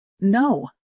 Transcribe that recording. No